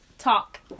Talk